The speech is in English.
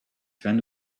friend